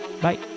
bye